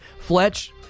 Fletch